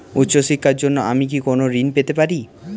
উচ্চশিক্ষার জন্য আমি কি কোনো ঋণ পেতে পারি?